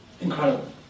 incredible